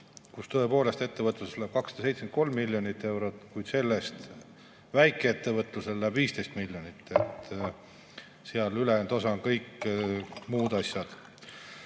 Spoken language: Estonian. Tõepoolest, ettevõtlusele läheb 273 miljonit eurot, kuid sellest väikeettevõtlusele läheb 15 miljonit ja ülejäänud osa on kõik muud asjad.